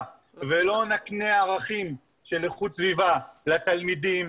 ולא נקנה ערכים של איכות סביבה לתלמידים,